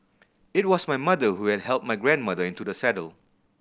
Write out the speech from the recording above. it was my mother who had help my grandmother into the saddle